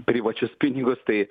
privačius pinigus tai